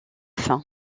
fin